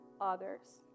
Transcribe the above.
others